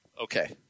Okay